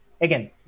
again